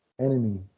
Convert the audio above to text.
enemy